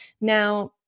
now